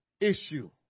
issue